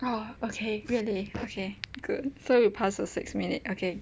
oh okay really okay good so we passed the six minutes okay